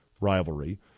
rivalry